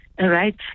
right